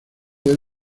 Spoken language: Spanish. del